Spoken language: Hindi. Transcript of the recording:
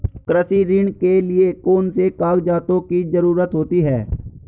कृषि ऋण के लिऐ कौन से कागजातों की जरूरत होती है?